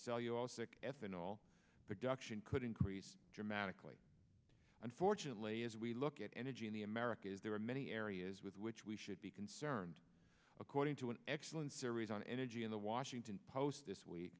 sell you all sick ethanol production could increase dramatically unfortunately as we look at energy in the americas there are many areas with which we should be concerned according to an excellent series on energy in the washington post this week